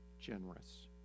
generous